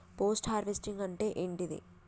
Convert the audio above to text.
Post harvesting అంటే ఏంటిది?